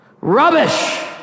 rubbish